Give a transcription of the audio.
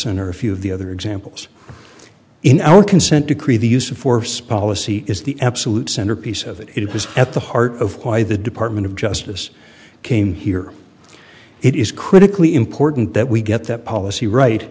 or a few of the other examples in our consent decree the use of force policy is the absolute centerpiece of it it was at the heart of why the department of justice came here it is critically important that we get that policy right